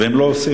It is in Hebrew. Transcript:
והם לא רוצים.